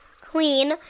Queen